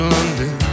London